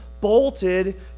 bolted